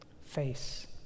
face